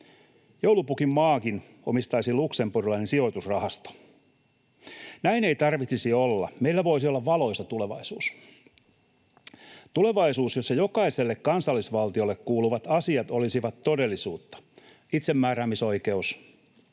Joulupukin maankin omistaisi luxemburgilainen sijoitusrahasto. Näin ei tarvitsisi olla. Meillä voisi olla valoisa tulevaisuus, tulevaisuus, jossa jokaiselle kansallisvaltiolle kuuluvat asiat olisivat todellisuutta: itsemääräämisoikeus,